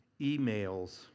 emails